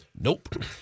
Nope